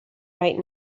right